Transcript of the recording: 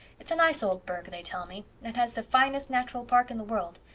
it's a nice old burg, they tell me, and has the finest natural park in the world.